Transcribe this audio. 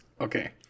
Okay